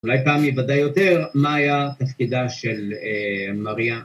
אולי פעם ייוודע יותר, מה הייתה תפקידה של מריה?